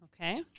Okay